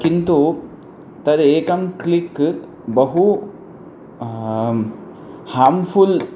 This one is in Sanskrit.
किन्तु तद् एकं क्लिक् बहु हार्म्फ़ुल्